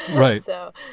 right, though.